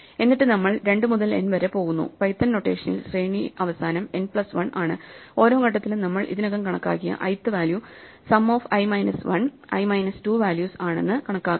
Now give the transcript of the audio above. എന്നിട്ട് നമ്മൾ 2 മുതൽ n വരെ പോകുന്നു പൈത്തൺ നൊട്ടേഷനിൽ ശ്രേണി അവസാനം n പ്ലസ് 1 ആണ് ഓരോ ഘട്ടത്തിലും നമ്മൾ ഇതിനകം കണക്കാക്കിയ i ത് value sum of i minus 1 i minus 2 values ആണെന്ന് കണക്കാക്കാം